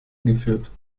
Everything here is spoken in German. geführt